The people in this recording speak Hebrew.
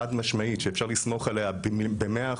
חד משמעית שאפשר לסמוך עליה ב-100%,